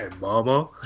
Mama